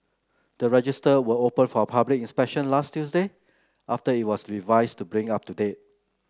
the register were opened for public inspection last Tuesday after it was revised to bring up to date